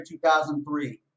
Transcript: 2003